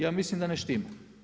Ja mislim da ne štima.